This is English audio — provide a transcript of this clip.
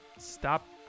Stop